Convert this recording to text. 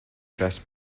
best